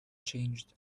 changed